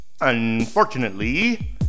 Unfortunately